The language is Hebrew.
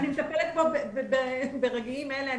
אני מטפלת בו ברגעים אלה.